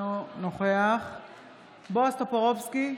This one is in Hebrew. אינו נוכח בועז טופורובסקי,